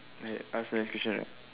right ask another question right